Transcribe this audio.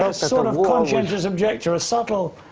ah a sort of conscientious objector a subtle,